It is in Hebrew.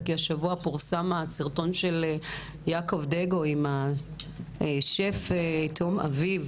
כי השבוע פורסם הסרטון של יעקב דגו עם השף תום אביב,